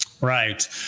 Right